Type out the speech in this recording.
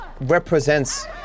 represents